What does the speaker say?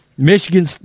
Michigan